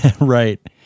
right